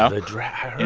ah the dra.